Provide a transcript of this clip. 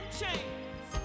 chains